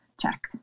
checked